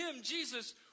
Jesus